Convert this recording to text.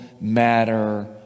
matter